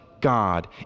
God